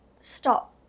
stop